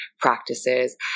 practices